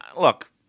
look